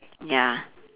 ya